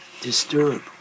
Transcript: disturb